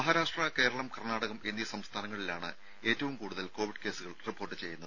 മഹാരാഷ്ട്ര കേരളം എന്നീ സംസ്ഥാനങ്ങളിലാണ് ഏറ്റവും കൂടുതൽ കോവിഡ് കേസുകൾ റിപ്പോർട്ട് ചെയ്യുന്നത്